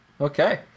Okay